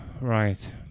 right